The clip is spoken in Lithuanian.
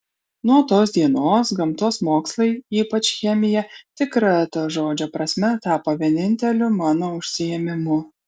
nuo tos dienos gamtos mokslai ypač chemija tikra to žodžio prasme tapo vieninteliu mano užsiėmimu